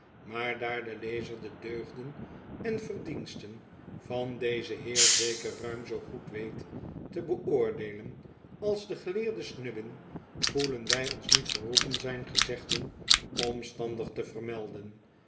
maar daar de lezer de deugden en verdiensten van dezen heer zeker ruim zoo goed weet te beoordeelen als de geleerde snubbin voelen wij ons niet geroepen zijn gezegden omstandig te vermelden